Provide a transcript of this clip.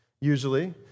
usually